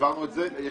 והעברנו את זה.